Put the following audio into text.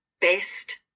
best